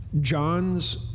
John's